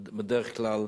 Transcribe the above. בדרך כלל